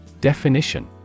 Definition